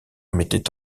mettait